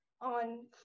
on –